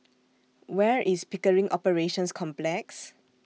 Where IS Pickering Operations Complex